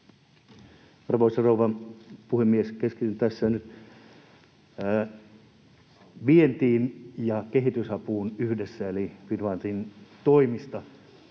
Arvoisa rouva puhemies! Keskityn tässä nyt vientiin ja kehitysapuun yhdessä eli Finnfundin toimiin.